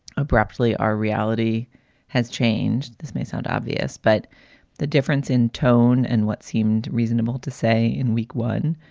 abruptly, our reality has changed. this may sound obvious, but the difference in tone and what seemed reasonable to say in week one.